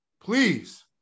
Please